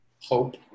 hope